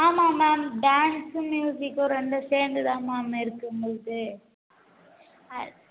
ஆமாம் ma'am dance ம்யூசிக்கும் ரெண்டும் சேர்ந்துதான் மேம் இருக்குது உங்களுக்கு அது